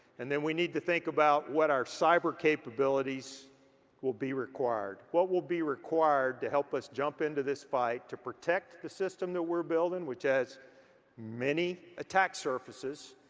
and then we need to think about what our cyber capabilities will be required. what will be required to help us jump into this fight to protect the system that we're building, which has many attack surfaces,